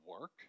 work